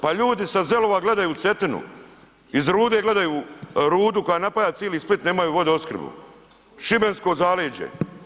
Pa ljudi sa Zelova gledaju u Cetinu, iz Rude gledaju Rudu koja napaja cijeli Split, nemaju vodoopskrbu, šibensko zaleđe.